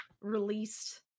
released